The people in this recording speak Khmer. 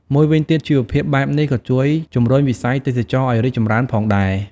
មួយវិញទៀត ជីវភាពបែបនេះក៏ជួយជំរុញវិស័យទេសចរណ៍ឲ្យរីកចម្រើនផងដែរ។